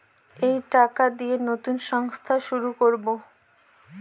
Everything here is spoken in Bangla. এই টাকা দিয়ে নতুন সংস্থা শুরু করবো